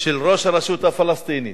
של ראש הרשות הפלסטינית,